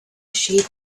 sheet